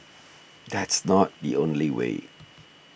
that's not the only way